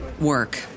work